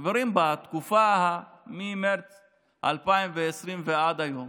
חברים, בתקופה שממרץ 2020 ועד היום